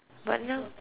but now